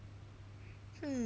hmm